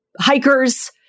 hikers